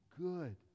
good